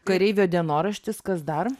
kareivio dienoraštis kas dar